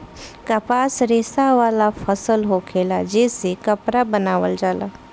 कपास रेशा वाला फसल होखेला जे से कपड़ा बनावल जाला